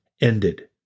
ended